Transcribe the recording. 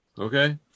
okay